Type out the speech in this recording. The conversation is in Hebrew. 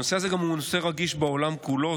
הנושא הזה הוא גם נושא רגיש בעולם כולו,